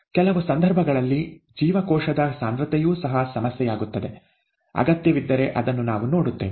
ಕೆಲವು ಸಂದರ್ಭಗಳಲ್ಲಿ ಜೀವಕೋಶದ ಸಾಂದ್ರತೆಯೂ ಸಹ ಸಮಸ್ಯೆಯಾಗುತ್ತದೆ ಅಗತ್ಯವಿದ್ದರೆ ಅದನ್ನು ನಾವು ನೋಡುತ್ತೇವೆ